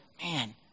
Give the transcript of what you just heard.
man